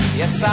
yes